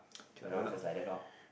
ya lor just like that lor